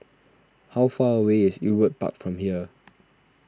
how far away is Ewart Park from here